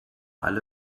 alle